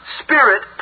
spirit